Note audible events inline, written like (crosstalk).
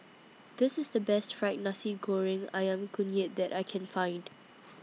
This IS The Best Fry Nasi Goreng Ayam Kunyit that I Can Find (noise)